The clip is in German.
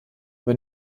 aber